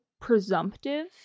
presumptive